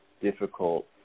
difficult